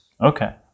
Okay